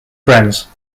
friends